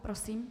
Prosím.